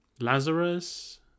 Lazarus